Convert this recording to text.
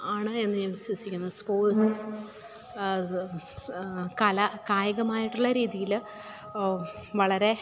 ആണ് എന്ന് ഞാൻ വിശ്വസിക്കുന്നു സ്പോർട്ട്സ് കല കായികമായിട്ടുള്ള രീതിയിൽ വളരെ